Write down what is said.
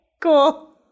Cool